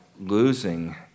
losing